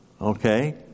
okay